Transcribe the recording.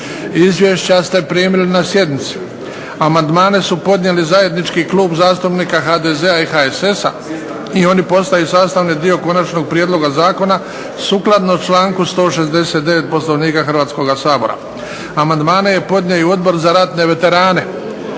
Izvješća ste primili na sjednici. Amandmane su podnijeli zajednički Klub zastupnika HDZ-a i HSS-a, i oni postaju sastavni dio konačnog prijedloga zakona, sukladno članku 169. Poslovnika Hrvatskoga sabora. Amandmane je podnio i Odbor za ratne veterane.